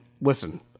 listen